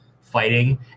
fighting